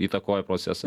įtakoja procesą